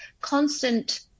constant